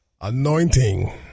Anointing